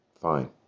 fine